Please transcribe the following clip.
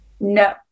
No